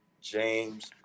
James